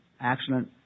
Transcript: accident